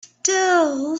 still